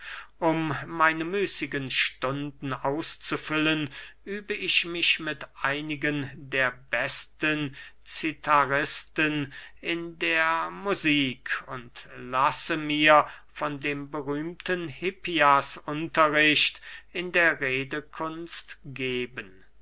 um meine müßigen stunden auszufüllen übe ich mich mit einigen der besten citharisten in der musik und lasse mir von dem berühmten hippias unterricht in der redekunst geben